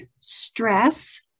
stress